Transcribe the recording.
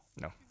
no